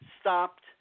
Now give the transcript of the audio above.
stopped